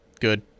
good